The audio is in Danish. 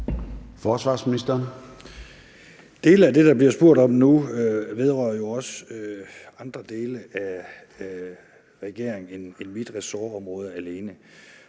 Poulsen): Dele af det, der bliver spurgt om nu, vedrører jo også andre dele af regeringen end mit ressortområde alene.